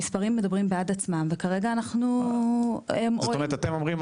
המספרים מדברים בעד עצמם וכרגע אנחנו --- זאת אומרת אתם אומרים,